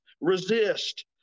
resist